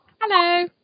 Hello